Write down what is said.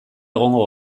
egongo